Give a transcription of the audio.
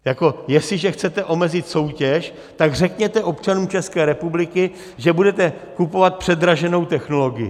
Jako jestliže chcete omezit soutěž, tak řekněte občanům České republiky, že budete kupovat předraženou technologii.